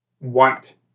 want